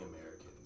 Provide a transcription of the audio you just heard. Americans